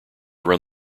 run